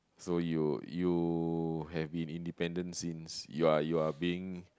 so you you have been independent since you are you are being